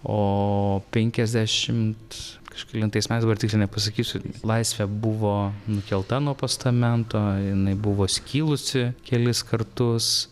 o penkiasdešimt kažkelintais metais dabar tiksliai nepasakysiu laisvė buvo nukelta nuo postamento jinai buvo skilusi kelis kartus